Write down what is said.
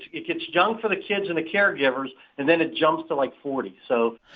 it gets young for the kids and the caregivers. and then it jumps to, like, forty. so.